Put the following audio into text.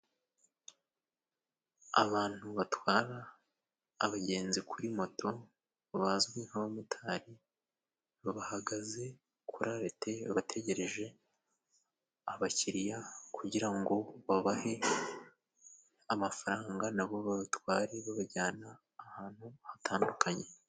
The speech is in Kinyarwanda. Abantu batwara abagenzi kuri moto bazwi nk'abamotari, bahagaze kuri arete bategereje abakiriya, nibaza kugira ngo babahe amafaranga, na bo babatware babajyana ahantu hatandukanye.